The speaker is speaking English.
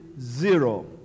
zero